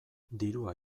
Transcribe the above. dirua